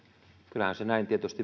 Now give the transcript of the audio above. kyllähän se näin tietysti